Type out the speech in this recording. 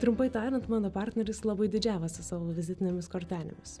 trumpai tariant mano partneris labai didžiavosi savo vizitinėmis kortelėmis